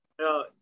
No